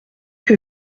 que